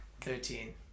thirteen